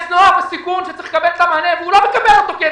יש נוער בסיכון שצריך לקבל מענה והוא לא מקבל אותו כי אין